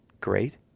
great